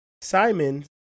Simon